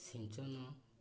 ସିଞ୍ଚନ